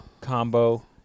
combo